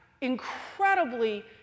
incredibly